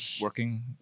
working